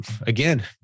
again